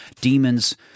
demons